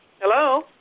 Hello